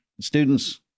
students